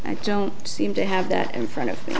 i don't seem to have that in front of